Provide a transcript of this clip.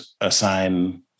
assign